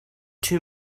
two